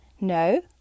No